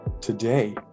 today